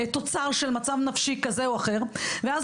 תוצר של מצב נפשי כזה או אחר ואז